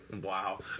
Wow